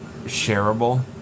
Shareable